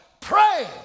pray